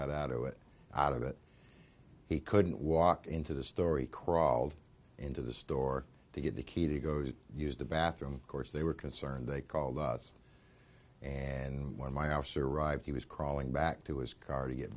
got out of it out of it he couldn't walk into the story crawled into the store to get the key to go to use the bathroom course they were concerned they called us and when my office arrived he was crawling back to his car to get